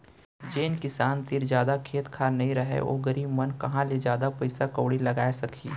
जेन किसान तीर जादा खेत खार नइ रहय ओ गरीब मन कहॉं ले जादा पइसा कउड़ी लगाय सकहीं